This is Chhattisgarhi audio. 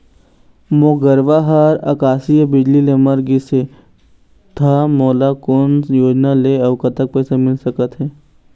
मोर गरवा हा आकसीय बिजली ले मर गिस हे था मोला कोन योजना ले अऊ कतक पैसा मिल सका थे?